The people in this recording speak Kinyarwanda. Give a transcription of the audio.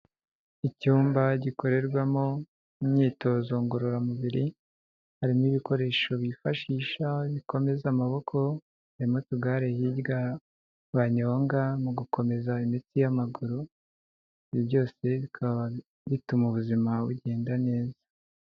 Icyumba gikorerwamo imyitozo ngororamubiri, harimo ibikoresho bifashisha bikomeza amaboko, hari n'akagare hirya banyonga mu gukomeza imitsi y'amaguru, ibi byose bikaba bituma ubuzima bugenda neza.